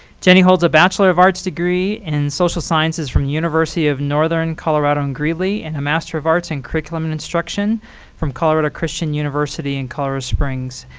jenny holds a bachelor of arts degree in social sciences from university of northern colorado in greeley, and a master of arts in curriculum and instruction from colorado christian university in colorado springs.